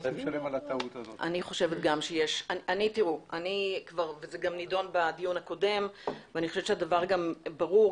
גם אני חושבת - זה גם נידון בדיון הקודם ואני חושבת שהדבר ברור.